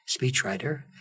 speechwriter